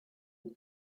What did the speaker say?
est